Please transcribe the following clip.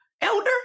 elder